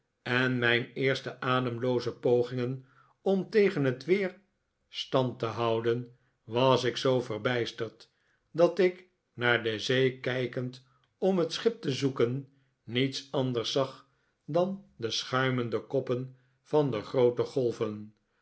en mijn eerste ademlooze pogingen om tegen het weer stand te houden was ik zoo verbijsterd dat ik naar de zee kijkend om het schip te zoeken niets anders zag dan de schuimende koppen van de groote golven